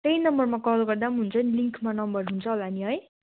त्यही नम्बरमा कल गर्दा पनि हुन्छ नि लिङ्कमा नम्बर हुन्छ होला नि है